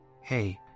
Hey